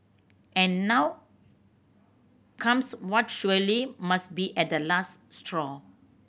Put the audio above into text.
and now comes what surely must be at the last straw